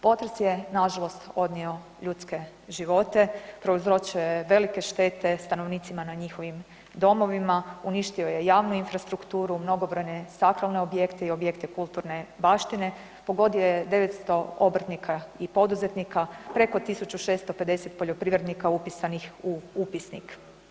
Potres je nažalost odnio ljudske živote, prouzročio je velike štete stanovnicima na njihovim domovima, uništio je javnu infrastrukturu, mnogobrojne sakralne objekte i objekte kulturne baštine, pogodio je 900 obrtnika i poduzetnika, preko 1650 poljoprivrednika upisanih u upisnik.